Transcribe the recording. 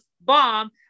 bomb